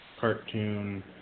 cartoon